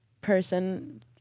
person